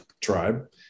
tribe